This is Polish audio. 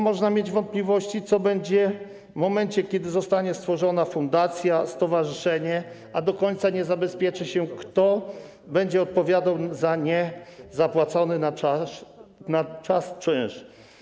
Można mieć wątpliwości, co będzie w momencie, kiedy zostanie stworzona fundacja, stowarzyszenie, a do końca nie zabezpieczy się kwestii tego, kto będzie odpowiadał za niezapłacony na czas czynsz.